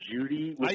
Judy